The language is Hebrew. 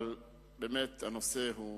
אבל באמת, הנושא עצוב.